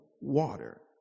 water